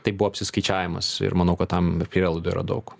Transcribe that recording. tai buvo apsiskaičiavimas ir manau kad tam prielaidų yra daug